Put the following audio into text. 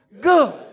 good